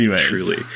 truly